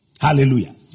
Hallelujah